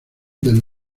del